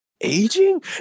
aging